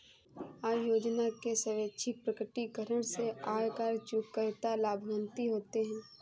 आय योजना के स्वैच्छिक प्रकटीकरण से आयकर चूककर्ता लाभान्वित होते हैं